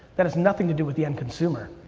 that has nothing to do with the end consumer.